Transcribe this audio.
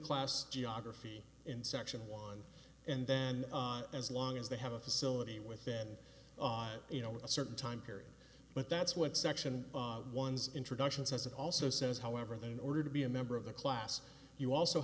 class geography in section one and then as long as they have a facility within you know a certain time period but that's what section one's introduction says it also says however that in order to be a member of the class you also